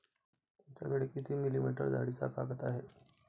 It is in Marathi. तुमच्याकडे किती मिलीमीटर जाडीचा कागद आहे?